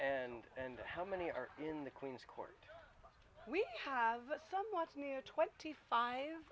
and and how many are in the queen's court we have a somewhat new twenty five